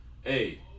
hey